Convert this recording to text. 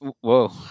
Whoa